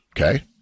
okay